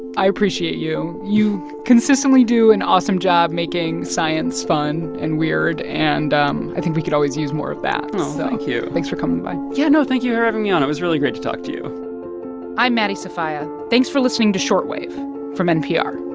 i appreciate you. you consistently do an awesome job making science fun and weird. and um i think we could always use more of that oh, and thank you so thanks for coming by yeah. no, thank you for having me on. it was really great to talk to you i'm maddie sofia. thanks for listening to short wave from npr